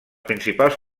principals